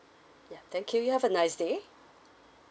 ya thank you you have a nice day